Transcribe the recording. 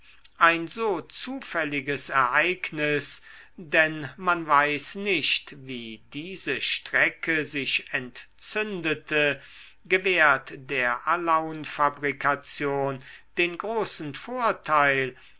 ein so zufälliges ereignis denn man weiß nicht wie diese strecke sich entzündete gewährt der alaunfabrikation den großen vorteil